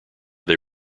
they